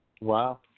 Wow